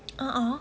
uh uh